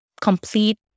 complete